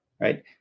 right